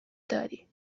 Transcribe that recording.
داری